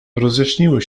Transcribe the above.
rozjaśniły